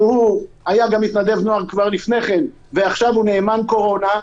שהיה מתנדב נוער עוד לפני כן ועכשיו הוא "נאמן קורונה",